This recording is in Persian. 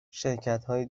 شرکتهای